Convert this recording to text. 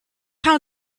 count